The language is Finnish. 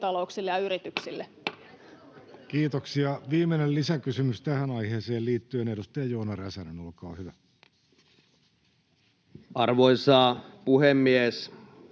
Kiitoksia. — Viimeinen lisäkysymys tähän aiheeseen liittyen, edustaja Joona Räsänen, olkaa hyvä. [Speech